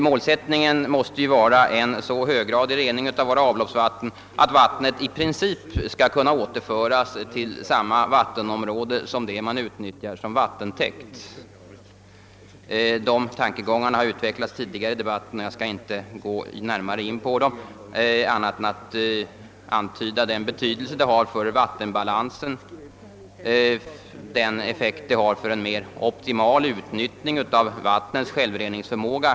Målsättningen måste ju vara en så höggradig rening av vårt avloppsvatten att det i princip skall kunna återföras till samma vattenområde som det vilket utnyttjas som vattentäkt. Dessa tankegångar har utvecklats tidigare i debatten och jag skall inte gå närmare in på dem annat än genom att antyda vilken betydelse detta har för vattenbalansen och vilken effekt det har på möjligheterna till ett mer optimalt utnyttjande av vattnets självreningsförmåga.